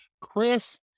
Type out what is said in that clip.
Chris